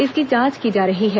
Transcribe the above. इसकी जांच की जा रही है